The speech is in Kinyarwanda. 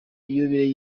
yubile